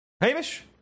Hamish